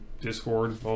Discord